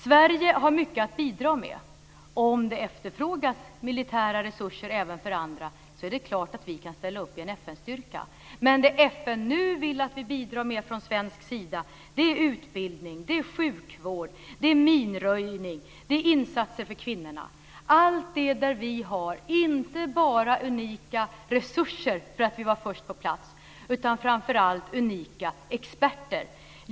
Sverige har mycket att bidra med. Om det efterfrågas militära resurser även för andra är det klart att vi kan ställa upp i en FN-styrka, men vad FN vill att vi från svensk sida nu bidrar med är utbildning, sjukvård, minröjning och insatser för kvinnorna - allt sådant där vi har inte bara unika resurser därför att vi var först på plats utan också, och framför allt, unika experter.